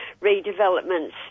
redevelopments